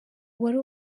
uwari